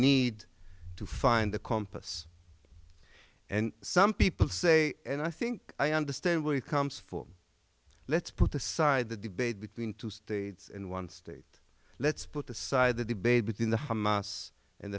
need to find the compass and some people say and i think i understand where it comes for let's put aside the debate between two states and one state let's put aside the debate between the hamas and